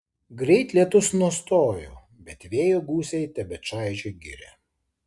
greit lietus nustojo bet vėjo gūsiai tebečaižė girią